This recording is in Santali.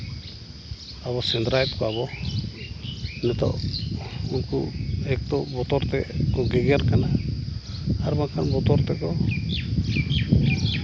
ᱟᱵᱚ ᱥᱮᱸᱫᱽᱨᱟᱭᱮᱫ ᱠᱚᱣᱟᱵᱚᱱ ᱱᱤᱛᱚᱜ ᱩᱱᱠᱩ ᱮᱠ ᱛᱚ ᱵᱚᱛᱚᱨ ᱛᱮᱠᱚ ᱜᱮᱜᱮᱨ ᱠᱟᱱᱟ ᱟᱨ ᱵᱟᱝᱠᱷᱟᱱ ᱵᱚᱛᱚᱨ ᱛᱮᱠᱚ